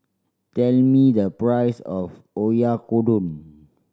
tell me the price of Oyakodon